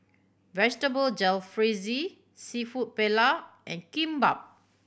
Vegetable Jalfrezi Seafood Paella and Kimbap